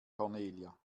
cornelia